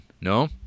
No